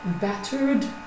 battered